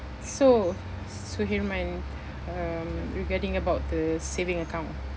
so suhirman um regarding about the saving account